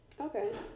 Okay